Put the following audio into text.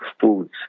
foods